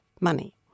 money